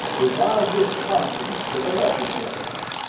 resign his conscience to the legislator?